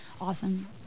awesome